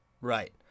Right